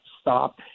stop